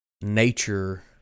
nature